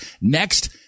next